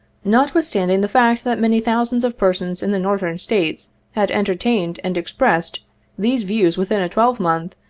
notwithstanding the fact that many thousands of persons in the northern states had enter tained and expressed these views within a twelve-month,